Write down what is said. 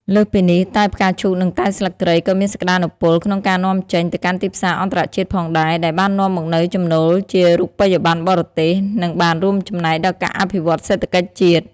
លើសពីនេះ តែផ្កាឈូកនិងតែស្លឹកគ្រៃក៏មានសក្តានុពលក្នុងការនាំចេញ ទៅកាន់ទីផ្សារអន្តរជាតិផងដែរ ដែលបាននាំមកនូវចំណូលជារូបិយប័ណ្ណបរទេស និងបានរួមចំណែកដល់ការអភិវឌ្ឍសេដ្ឋកិច្ចជាតិ។